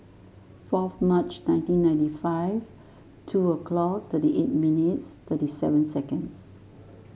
four March nineteen ninety five two o'clock thirty eight minutes thirty seven seconds